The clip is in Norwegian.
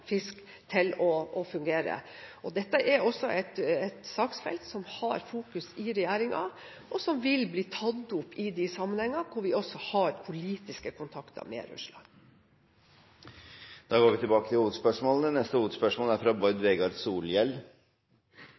i regjeringen, og som vil bli tatt opp i de sammenhengene hvor vi har politisk kontakt med Russland. Vi går videre til neste hovedspørsmål.